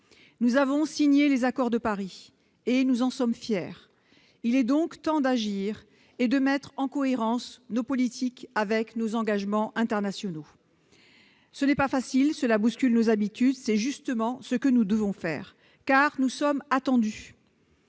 Nous avons signé les accords de Paris, et nous en sommes fiers. Il est donc temps d'agir et de mettre en cohérence nos politiques et nos engagements internationaux. Ce n'est pas facile, cela bouscule nos habitudes : c'est justement ce que nous devons faire, car nous sommes attendus.